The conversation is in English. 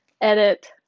edit